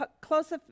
close